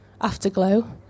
Afterglow